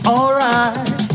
Alright